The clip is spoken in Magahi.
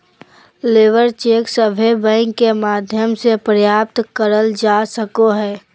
लेबर चेक सभे बैंक के माध्यम से प्राप्त करल जा सको हय